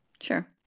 Sure